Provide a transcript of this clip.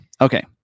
okay